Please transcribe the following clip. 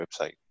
website